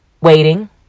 Waiting